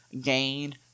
gain